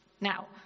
Now